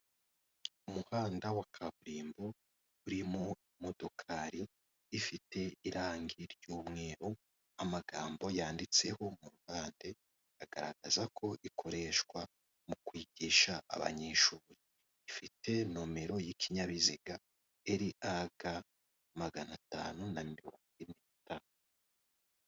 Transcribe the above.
Umuhanda wa kaburimbo uri mu modokari ifite irangi ry'umweru amagambo yanditseho mu ruhande agaragaza ko ikoreshwa mu kwigisha abanyeshuri, ifite nomero y'ikinyabiziga eri aga maganatanu na mirongo ine na gatanu.